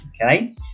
okay